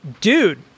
Dude